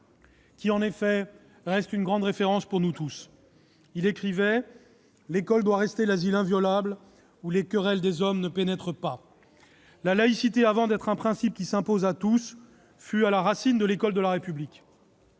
qui reste une référence pour nous tous. Il écrivait que l'école doit « rester l'asile inviolable où les querelles des hommes ne pénètrent pas ». La laïcité, avant d'être un principe qui s'impose à tous, fut à la racine de l'école de la République.